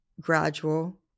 gradual